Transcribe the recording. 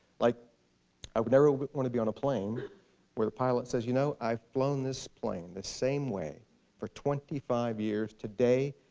like i would never want to be on a plane where the pilot says, you know i've flown this plane the same way for twenty five years. today,